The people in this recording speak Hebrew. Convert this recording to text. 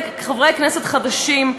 וחברי כנסת חדשים,